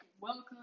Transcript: welcome